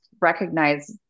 recognize